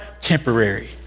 temporary